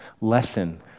lesson